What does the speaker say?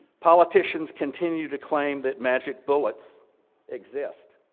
politicians continue to claim that magic bullets exist.